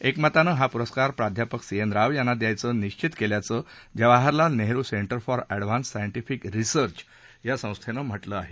एकमतानं हा पुरस्कार प्राध्यापक सी एन राव यांना देण्याचं निश्वित केल्याचं Jawaharlal Nehru centre for advanced scientific teachers या संस्थेनं म्हटलं आहे